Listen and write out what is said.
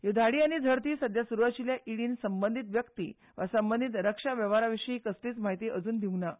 ह्यो धाडी आनी झडटी सध्या स्रू आशिल्ल्या इडीन संबंदीत व्यक्ती वा संबंदीत वेव्हारा विशीं कसलीच म्हायती अजून दिल्ली ना